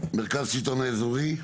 מרכז השלטון האזורי.